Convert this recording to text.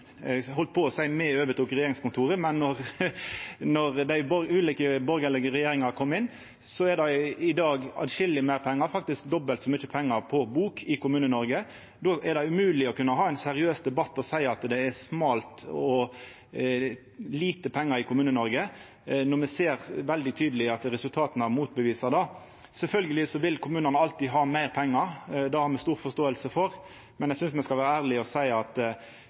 inn i regjeringskontora. I dag er det atskilleg meir pengar, faktisk dobbelt så mykje pengar på bok, i Kommune-Noreg. Då er det umogleg å ha ein seriøs debatt når ein seier at det er smalt og lite pengar i Kommune-Noreg. Me ser veldig tydeleg at resultata motbeviser det. Sjølvsagt vil kommunane alltid ha meir pengar. Det har me stor forståing for. Men eg synest me skal vera ærlege og seia at